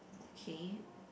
okay